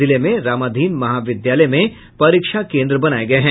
जिले में रामाधीन महाविद्यालय में परीक्षा केन्द्र बनाये गये हैं